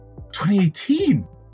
2018